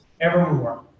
evermore